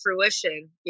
fruition